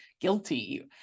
guilty